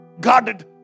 guarded